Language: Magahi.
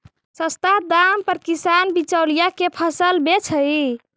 सस्ता दाम पर किसान बिचौलिया के फसल बेचऽ हइ